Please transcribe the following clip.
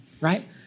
right